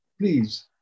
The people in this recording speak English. please